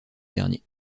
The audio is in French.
dernier